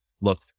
Look